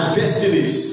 destinies